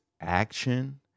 action